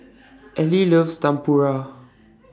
Eli loves Tempura